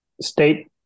state